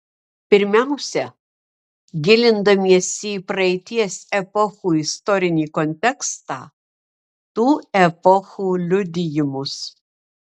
pirmiausia gilindamiesi į praeities epochų istorinį kontekstą tų epochų liudijimus